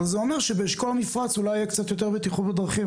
אבל זה אומר שבאשכול המפרץ אולי יהיה קצת יותר בטיחות בדרכים,